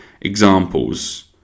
examples